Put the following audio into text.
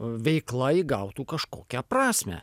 veikla įgautų kažkokią prasmę